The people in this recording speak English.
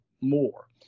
more